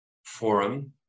forum